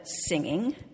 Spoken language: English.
singing